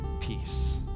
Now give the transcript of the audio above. peace